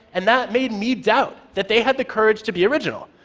and that made me doubt that they had the courage to be original,